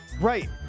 Right